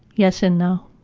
yes and no.